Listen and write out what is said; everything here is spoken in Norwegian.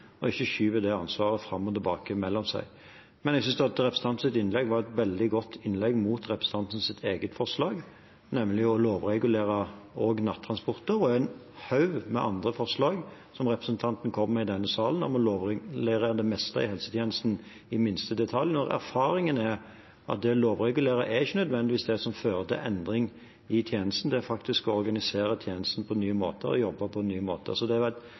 og ikke skyver det ansvaret fram og tilbake mellom seg. Men jeg synes at representantens innlegg var et veldig godt innlegg mot hennes eget forslag, nemlig å lovregulere også nattransporter – og en haug med andre forslag som representanten kommer med i denne salen om å lovregulere det meste i helsetjenesten i minste detalj, når erfaringen er at det å lovregulere ikke nødvendigvis er det som fører til endring i tjenesten. Det er faktisk å organisere tjenesten på nye måter og jobbe på nye måter. Så det